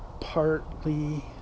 Partly